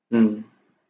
mm